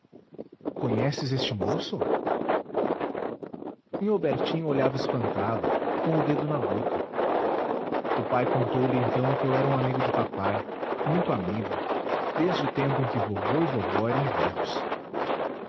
conheces este moço nhô bertinho olhava espantado com o dedo na boca o pai contou-lhe então que eu era um amigo de papai muito amigo desde o tempo em que vovô e vovó eram vivos